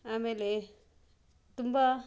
ಆಮೇಲೆ ತುಂಬ